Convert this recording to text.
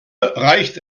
reicht